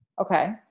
okay